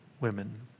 women